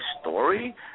story